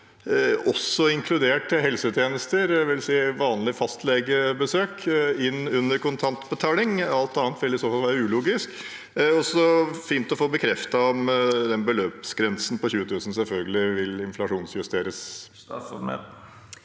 med å få inkludert også helsetjenester, det vil si vanlige fastlegebesøk, inn under kontantbetaling. Alt annet ville være ulogisk. Det er også fint å få bekreftet at beløpsgrensen på 20 000 selvfølgelig vil inflasjonsjusteres.